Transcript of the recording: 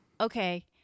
okay